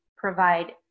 provide